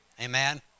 Amen